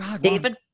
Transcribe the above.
David